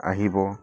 আহিব